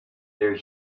their